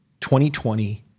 2020